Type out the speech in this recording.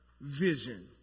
vision